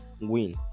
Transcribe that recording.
win